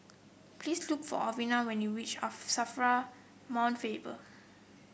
please look for Alwina when you reach Safra Mount Faber